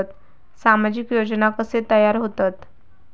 सामाजिक योजना कसे तयार होतत?